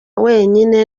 wenyine